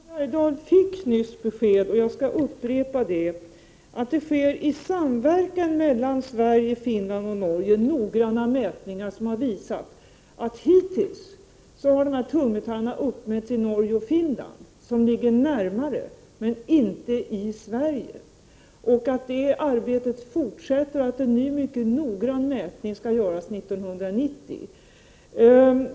Herr talman! Hugo Bergdahl fick nyss besked, och jag skall upprepa det. Det sker i samverkan mellan Sverige, Finland och Norge noggranna mätningar. Hittills har tungmetaller uppmätts i Norge och Finland, som ligger närmare, men inte i Sverige. Det arbetet fortsätter, och en ny, mycket noggrann mätning skall göras 1990.